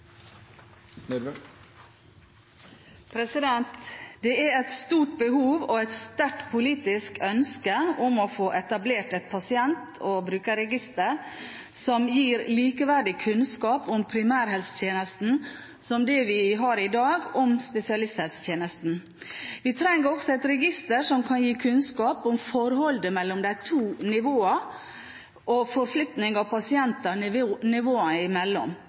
lovendringene. Det er et stort behov for og et sterkt politisk ønske om å få etablert et pasient- og brukerregister som gir likeverdig kunnskap om primærhelsetjenesten – som det vi i dag har om spesialisthelsetjenesten. Vi trenger også et register som kan gi kunnskap om forholdet mellom de to nivåene og forflytning av pasienter nivåene imellom.